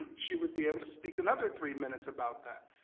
she would be able to speak another three minutes about that.